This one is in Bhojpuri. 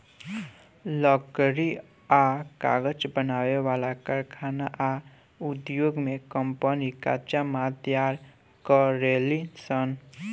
लकड़ी आ कागज बनावे वाला कारखाना आ उधोग कम्पनी कच्चा माल तैयार करेलीसन